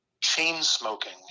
chain-smoking